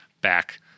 back